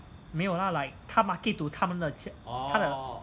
没有 lah like 他 market to 他们的其他的